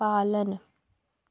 पालन